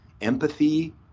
empathy